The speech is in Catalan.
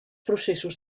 processos